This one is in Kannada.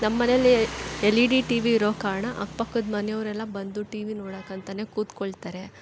ನಮ್ಮ ಮನೆಲ್ಲಿ L E D T V ಇರೋ ಕಾರಣ ಅಕ್ಪಕ್ಕದ ಮನೆಯವರೆಲ್ಲ ಬಂದು ಟಿ ವಿ ನೋಡಕ್ಕೆ ಅಂತಾನೆ ಕೂತ್ಕೊಳ್ತಾರೆ